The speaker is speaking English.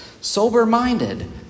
sober-minded